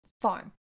farm